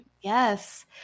Yes